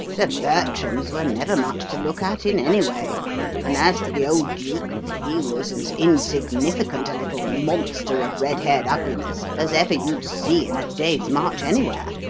the bertrams were never much to look at in any way and as for the old duke, he was as insignificant a little monster of red-haired ugliness as ever you'd see in a day's march anywhere.